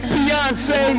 Beyonce